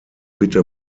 bitte